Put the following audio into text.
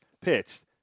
pitched